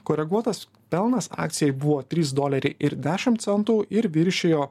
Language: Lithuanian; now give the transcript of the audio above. koreguotas pelnas akcijai buvo trys doleriai ir dešim centų ir viršijo